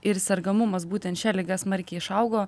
ir sergamumas būtent šia liga smarkiai išaugo